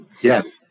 Yes